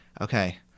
Okay